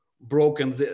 broken